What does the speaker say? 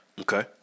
Okay